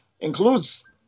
includes